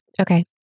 Okay